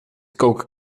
coca